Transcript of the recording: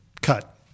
Cut